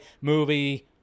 movie